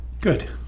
Good